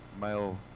male